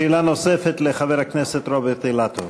שאלה נוספת לחבר הכנסת רוברט אילטוב.